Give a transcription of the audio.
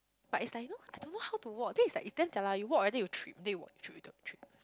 but it's like you know I don't know how to walk then it's like it's damn jialat you walk already you trip then you walk trip and walk trip